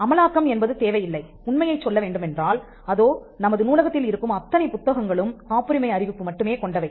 அமலாக்கம் என்பது தேவையில்லை உண்மையைச் சொல்ல வேண்டுமென்றால் அதோ நமது நூலகத்தில் இருக்கும் அத்தனை புத்தகங்களும் காப்புரிமை அறிவிப்பு மட்டுமே கொண்டவை